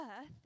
earth